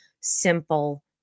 simple